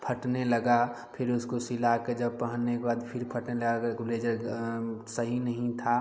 फटने लगा फिर उसको सिला के जब पहनने के बाद फिर फटने लगा अगर बुलेजर सही नहीं था